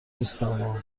نیستما